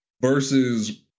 versus